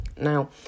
Now